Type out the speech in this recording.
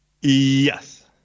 yes